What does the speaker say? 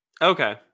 Okay